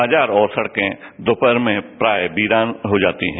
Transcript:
बाजार और सडकें दोपहर में प्राय वीरान होजाती हैं